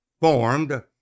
formed